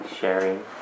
sharing